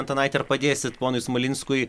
antanaiti ar padėsite ponui smalinskui